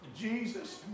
Jesus